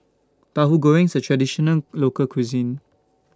Tahu Goreng IS A Traditional Local Cuisine